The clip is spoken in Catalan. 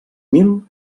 mil